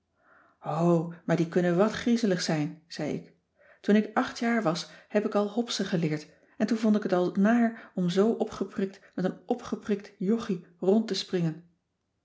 maar die kunnen wat griezelig zijn zei ik toen ik acht jaar was heb ik al hopsen geleerd en toen vond ik het al naar om zoo opgeprikt met een opgeprikt joggie rond te springen